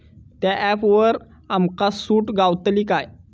त्या ऍपवर आमका सूट गावतली काय?